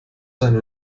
sein